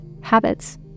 habits